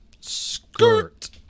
Skirt